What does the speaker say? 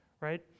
right